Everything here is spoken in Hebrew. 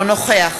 אינו נוכח